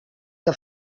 que